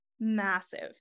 massive